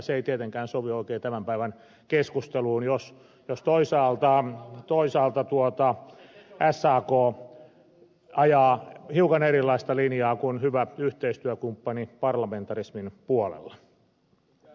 se ei tietenkään sovi oikein tämän päivän keskusteluun jos toisaalta sak ajaa hiukan erilaista linjaa kuin hyvä yhteistyökumppani parlamentarismin puolella